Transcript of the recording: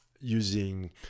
using